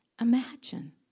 Imagine